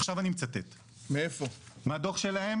מהדו"ח שלהם